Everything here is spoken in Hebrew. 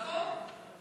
נכון.